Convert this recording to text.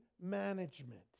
management